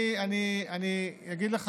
אני אגיד לך,